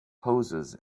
poses